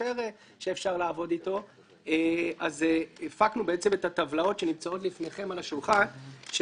שאפשר לעבוד איתו אז הפקנו את הטבלאות שנמצאות לפניכם על השולחן.